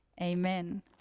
amen